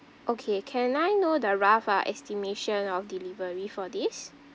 okay can I know the rough uh estimation of delivery for this